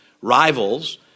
rivals